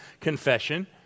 confession